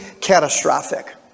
catastrophic